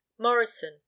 Morrison